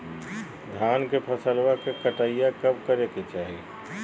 धान के फसलवा के कटाईया कब करे के चाही?